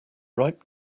ripe